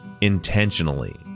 intentionally